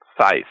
size